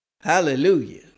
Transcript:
Hallelujah